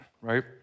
right